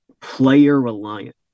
player-reliant